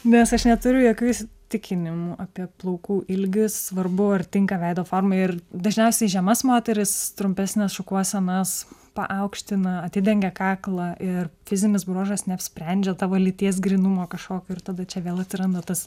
nes aš neturiu jokių įsitikinimų apie plaukų ilgius svarbu ar tinka veido formai ir dažniausiai žemas moteris trumpesnes šukuosenas paaukština atidengia kaklą ir fizinis bruožas neapsprendžia tavo lyties grynumo kažkokio ir tada čia vėl atsiranda tas